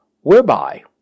whereby